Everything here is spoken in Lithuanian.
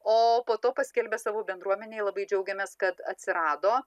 o po to paskelbę savo bendruomenei labai džiaugėmės kad atsirado